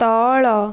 ତଳ